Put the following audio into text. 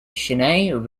cheyenne